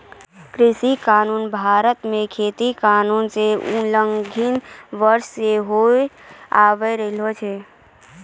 कृषि कानून भारत मे खेती कानून रो उलंघन वर्षो से होलो आबि रहलो छै